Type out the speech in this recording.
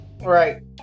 Right